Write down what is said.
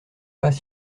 pas